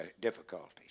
difficulties